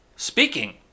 Speaking